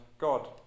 God